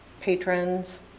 patrons